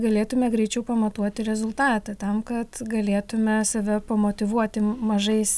galėtume greičiau pamatuoti rezultatą tam kad galėtume save pamotyvuoti mažais